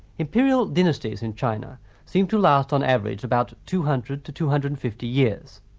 imperial dynasties in china seem to last on average about two hundred to two hundred and fifty years,